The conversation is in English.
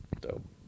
dope